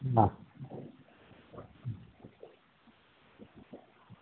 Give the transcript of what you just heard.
বাহ